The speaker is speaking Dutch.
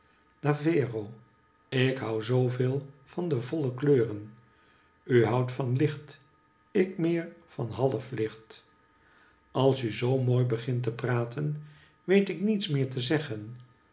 davvero ik hou zoo veel van de voile kleuren u houdt van licht ik mcer van halflicht als u zoo mooi begint te praten weet ik niets meer te zeggen